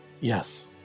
Yes